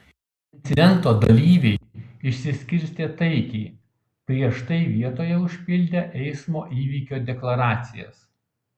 incidento dalyviai išsiskirstė taikiai prieš tai vietoje užpildę eismo įvykio deklaracijas